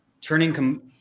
turning